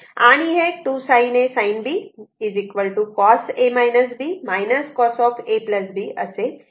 आणि हे 2 sin A sin B cos cos A B असे येईल